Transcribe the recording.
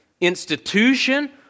institution